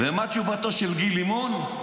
מה תשובתו של גיל לימון?